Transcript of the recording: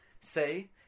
say